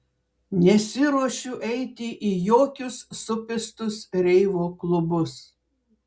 nesiruošiu eiti į jokius supistus reivo klubus